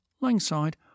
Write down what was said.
Langside